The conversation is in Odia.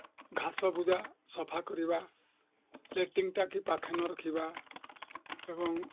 ଘାସ ବୁଦା ସଫା କରିବା ଲାଟିନ୍ ଟାଙ୍କି ପାଖେ ନ ରଖିବା ଏବଂ